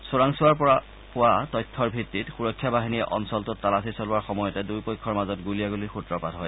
চোৰাংচোৱাৰ পৰা পোৱা তথ্যৰ ভিত্তিত সূৰক্ষা বাহিনীয়ে অঞ্চলটোত তালাচী চলোৱাৰ সময়তে দুয়োপক্ষৰ মাজত ণ্ডলীয়াণ্ডলীৰ সূত্ৰপাত হয়